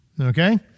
Okay